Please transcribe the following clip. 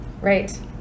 right